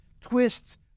twists